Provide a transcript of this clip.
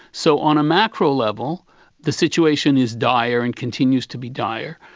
so on a macro level the situation is dire and continues to be dire.